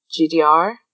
GDR